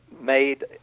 made